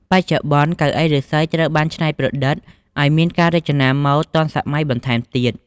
បច្ចុប្បន្ន កៅអីឫស្សីត្រូវបានច្នៃប្រឌិតអោយមានការរចនាម៉ូដទាន់សម័យបន្ថែមទៀត។